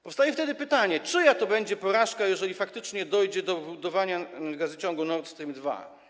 Powstaje wtedy pytanie: Czyja to będzie porażka, jeżeli faktycznie dojdzie do wybudowania gazociągu Nord Stream 2?